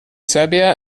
serbia